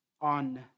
on